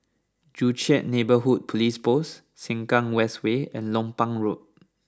Joo Chiat Neighbourhood Police Post Sengkang West Way and Lompang Road